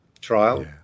trial